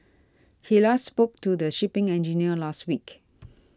he last spoke to the shipping engineer last week